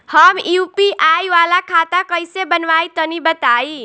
हम यू.पी.आई वाला खाता कइसे बनवाई तनि बताई?